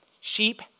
Sheep